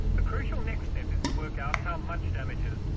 the crucial next step is to work out how much damages.